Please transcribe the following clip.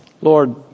Lord